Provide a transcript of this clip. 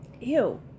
Ew